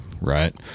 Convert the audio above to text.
right